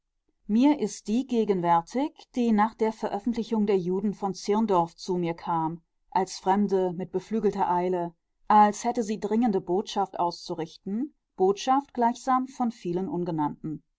mir ist die gegenwärtig die nach der veröffentlichung der juden von zirndorf zu mir kam als fremde mit beflügelter eile als hätte sie dringende botschaft auszurichten botschaft gleichsam von vielen ungenannten